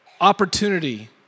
opportunity